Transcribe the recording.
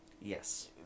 Yes